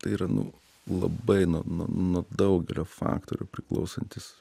tai yra nu labai nuo nuo nuo daugelio faktorių priklausantis